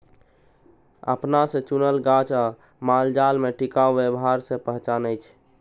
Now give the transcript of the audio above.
अपना से चुनल गाछ आ मालजाल में टिकाऊ व्यवहार से पहचानै छै